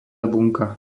bunka